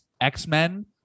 x-men